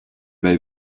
weil